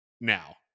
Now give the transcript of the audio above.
now